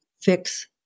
fix